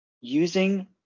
using